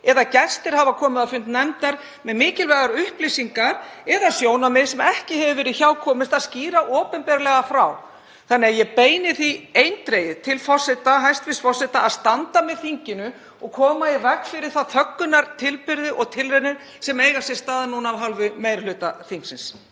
eða gestir hafa komið á fund nefndar með mikilvægar upplýsingar eða sjónarmið sem ekki hefur verið hjá komist að skýra frá opinberlega.“ Ég beini því eindregið til hæstv. forseta að standa með þinginu og koma í veg fyrir þá þöggunartilburði og -tilraunir sem eiga sér stað núna af hálfu meiri hluta þingsins.